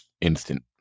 instant